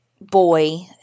boy